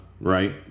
right